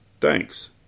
Thanks